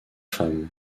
femmes